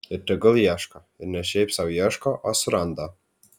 ir tegul ieško ir ne šiaip sau ieško o suranda